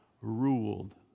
ruled